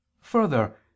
Further